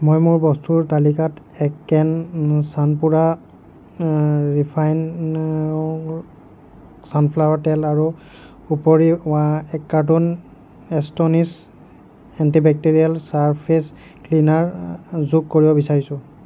মই মোৰ বস্তুৰ তালিকাত এক কেন চানপুৰা ৰিফাইণ্ড চানফ্লাৱাৰ তেল আৰু উপৰিও এক carton Astonish antibacterial surface cleanser যোগ কৰিব বিচাৰিছোঁ